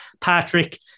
Patrick